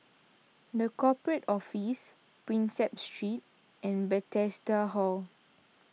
the Corporate Office Prinsep Street and Bethesda Hall